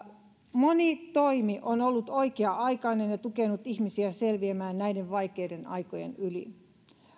moni toimi on ollut oikea aikainen ja tukenut ihmisiä selviämään näiden vaikeiden aikojen yli